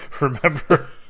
Remember